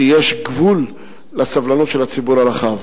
שיש גבול לסבלנות של הציבור הרחב.